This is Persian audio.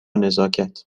نزاکت